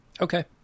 okay